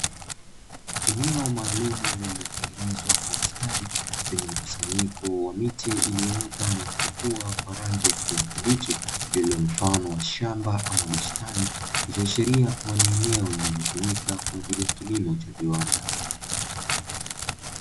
Eneo maalum lililotengenezwa kwa ustadi, lenye mkusanyiko wa miche iliyoota na kuchipua kwa rangi ya kijani kibichi, lililo mfano wa shamba ama bustani ikiashiria kuwa ni eneo linalotumika kwa ajili ya kilimo cha viwanda.